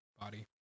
body